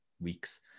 weeks